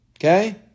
okay